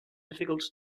difficult